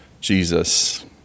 Jesus